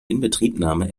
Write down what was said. inbetriebnahme